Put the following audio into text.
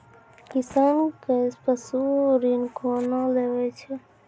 किसान कऽ पसु ऋण कोना मिलै छै?